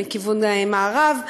מכיוון מערב.